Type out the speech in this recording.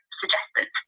suggested